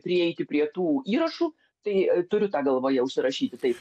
prieiti prie tų įrašų tai turiu tą galvoje užsirašyti tai